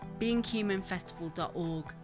beinghumanfestival.org